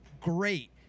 great